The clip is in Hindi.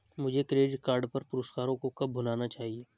मुझे क्रेडिट कार्ड पर पुरस्कारों को कब भुनाना चाहिए?